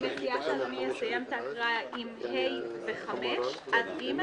אני מציעה שאדוני יסיים את ההקראה של (ה) ו-(5) עד (ג),